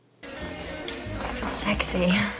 sexy